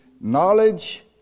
knowledge